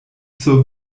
zur